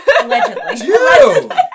Allegedly